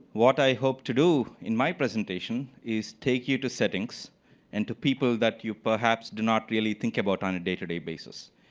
what i hope to do in my presentation is take you to settings and to people that you perhaps do not really think about on a day-to-day basis.